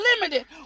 limited